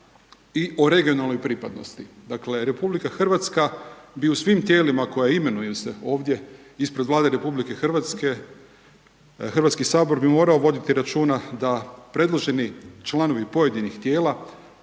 i o regionalnoj pripadnost. Dakle, RH bi u svim tijelima koja imenuje se ovdje ispred Vlade RH, HS bi morao voditi računa da predloženi članovi pojedinih tijela,